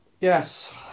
Yes